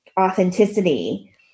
authenticity